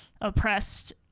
oppressed